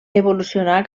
evolucionar